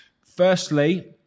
Firstly